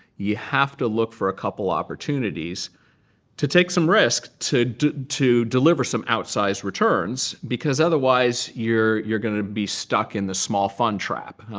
you have to look for a couple opportunities to take some risk to to deliver some outsized returns, because otherwise, you're you're going to be stuck in the small fund trap.